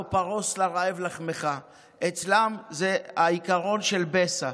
"הלוא פרוס לרעב לחמך"; אצלם זה העיקרון של Besa.